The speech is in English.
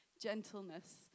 gentleness